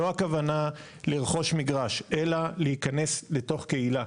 לא הכוונה לרכוש מגרש, אלא להיכנס לתוך קהילה.